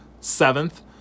seventh